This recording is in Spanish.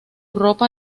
ropa